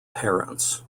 parents